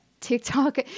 TikTok